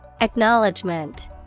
Acknowledgement